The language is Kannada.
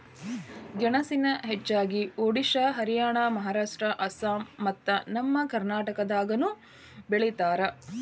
ಗೆಣಸನ ಹೆಚ್ಚಾಗಿ ಒಡಿಶಾ ಹರಿಯಾಣ ಮಹಾರಾಷ್ಟ್ರ ಅಸ್ಸಾಂ ಮತ್ತ ನಮ್ಮ ಕರ್ನಾಟಕದಾಗನು ಬೆಳಿತಾರ